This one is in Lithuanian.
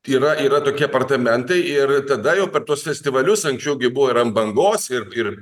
yra yra tokie apartamentai ir tada jau per tuos festivalius anksčiau gi buvo ir ant bangos ir ir